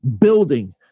building